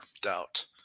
doubt